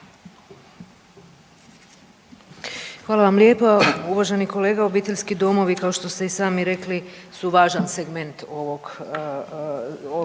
Hvala vam lijepa. Uvaženi kolega, obiteljski domovi kao što ste i sami rekli su važan segment ovog